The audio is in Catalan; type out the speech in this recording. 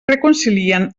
reconcilien